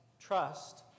trust